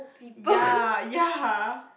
ya ya